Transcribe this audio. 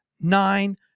nine